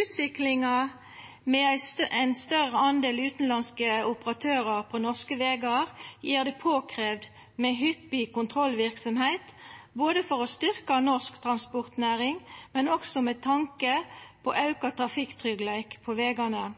Utviklinga med fleire utanlandske operatørar på norske vegar gjer det påkravd med hyppig kontrollverksemd, både for å styrkja norsk transportnæring og for å auka trafikktryggleiken på